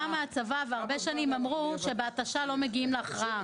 והרבה שנים אמרו שבהתשה לא מגיעים להכרעה.